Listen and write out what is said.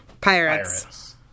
pirates